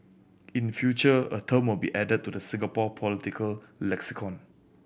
in future a term will be added to the Singapore political lexicon